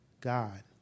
God